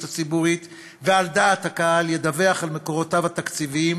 הציבורית ועל דעת הקהל ידווח על מקורותיו התקציביים,